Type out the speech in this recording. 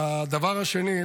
הדבר השני,